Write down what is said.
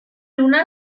luna